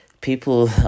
People